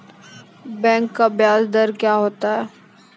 Bank का ब्याज दर क्या होता हैं?